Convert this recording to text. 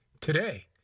today